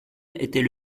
était